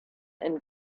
and